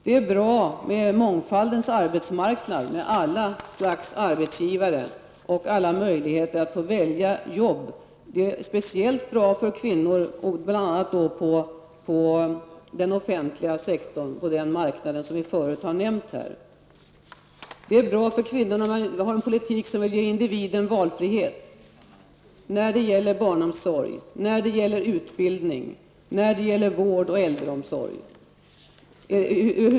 Det är bra med mångfaldens arbetsmarknad, med alla slags arbetsgivare och alla möjligheter att få välja jobb. Det är speciellt bra för kvinnor inom den offentliga sektorn, som vi tidigare har nämnt i debatten. Det är bra för kvinnor med en politik som ger individen valfrihet när det gäller barnomsorg, utbildning, vård och äldreomsorg.